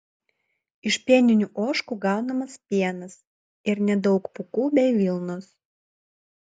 iš pieninių ožkų gaunamas pienas ir nedaug pūkų bei vilnos